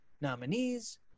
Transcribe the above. nominees